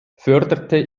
förderte